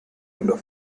under